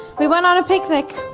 we went on a picnic,